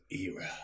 era